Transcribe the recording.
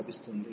లభిస్తుంది